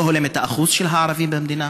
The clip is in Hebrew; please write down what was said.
הוא לא הולם את האחוז של הערבים במדינה,